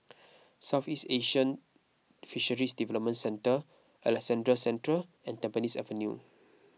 Southeast Asian Fisheries Development Centre Alexandra Central and Tampines Avenue